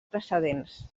precedents